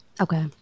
Okay